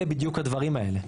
אלה בדיוק הדברים האלה,